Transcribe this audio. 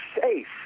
safe